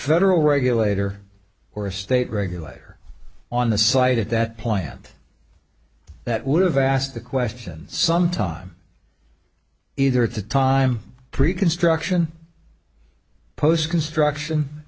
federal regulator or a state regulator on the site at that plant that would have asked the question some time either at the time pre construction post construction